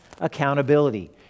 accountability